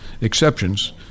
exceptions